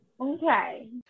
Okay